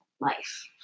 Life